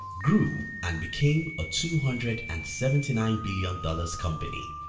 grew and became a two hundred and seventy nine billion dollars company